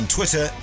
Twitter